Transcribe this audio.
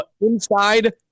inside